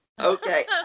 Okay